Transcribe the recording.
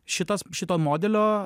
šitas šito modelio